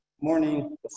morning